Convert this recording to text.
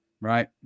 right